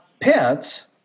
pets